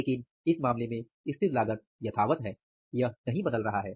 लेकिन इस मामले में स्थिर लागत यथावत है यह नहीं बदल रहा हैं